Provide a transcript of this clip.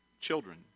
children